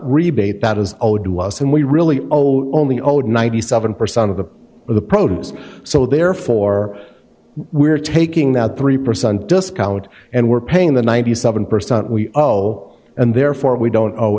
rebate that is owed to us and we really owe only owed ninety seven percent of the of the produce so therefore we're taking that three percent discount and we're paying the ninety seven percent we owe and therefore we don't o